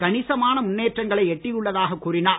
கணிசமான முன்னேற்றங்களை எட்டியுள்ளதாக கூறினார்